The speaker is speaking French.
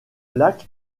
lac